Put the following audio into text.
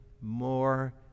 more